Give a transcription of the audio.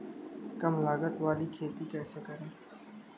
कम लागत वाली खेती कैसे करें?